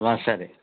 వా సరే